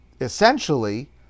essentially